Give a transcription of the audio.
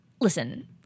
listen